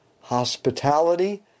hospitality